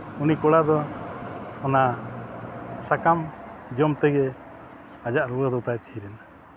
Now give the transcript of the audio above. ᱩᱱᱤ ᱠᱚᱲᱟ ᱫᱚ ᱚᱱᱟ ᱥᱟᱠᱟᱢ ᱡᱚᱢ ᱛᱮᱜᱮ ᱟᱡᱟᱜ ᱨᱩᱣᱟᱹ ᱫᱚ ᱛᱟᱭ ᱛᱷᱤᱨ ᱮᱱᱟ